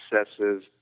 accesses